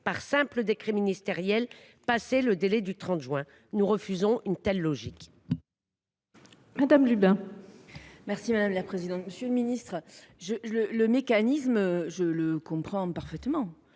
par simple décret ministériel, passé le délai du 30 juin. Nous refusons une telle logique.